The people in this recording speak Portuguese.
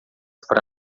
para